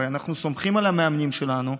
הרי אנחנו סומכים על המאמנים שלנו,